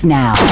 now